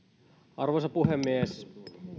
arvoisa puhemies